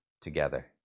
together